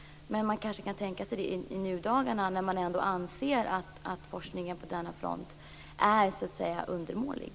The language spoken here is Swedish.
Men man kanske kan tänka sig ett sådant i nuläget när man ändå anser att forskningen på denna front är undermålig.